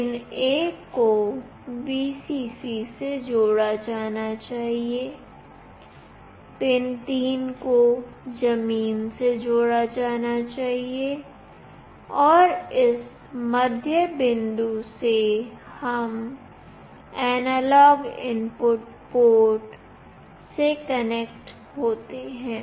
pin 1 को Vcc से जोड़ा जाना चाहिए पिन 3 को जमीन से जोड़ा जाना चाहिए और इस मध्य बिंदु से हम एनालॉग इनपुट पोर्ट से कनेक्ट होते हैं